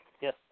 Yes